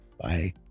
Bye